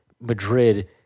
Madrid